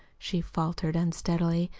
she faltered unsteadily.